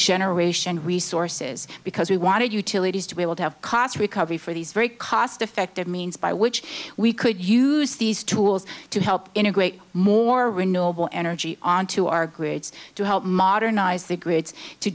generation resources because we wanted utilities to be able to have cost recovery for these very cost effective means by which we could use these tools to help integrate more renewable energy onto our grids to help modernize